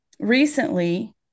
Recently